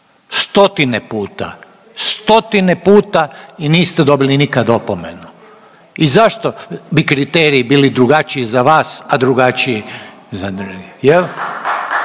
Stotine puta, stotine puta i niste dobili nikad opomenu i zašto bi kriteriji bili drugačiji za vas, a drugačiji za druge